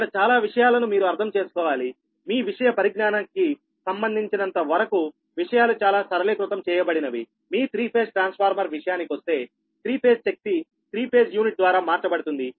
ఇక్కడ చాలా విషయాలు మీరు అర్థం చేసుకోవాలి మీ విషయ పరిజ్ఞానానికి సంబంధించినంతవరకు విషయాలు చాలా సరళీకృతం చేయబడినవి మీ త్రీ ఫేజ్ ట్రాన్స్ఫార్మర్ విషయానికొస్తే త్రీ ఫేజ్ శక్తి త్రీ ఫేజ్ యూనిట్ ద్వారా మార్చబడుతుంది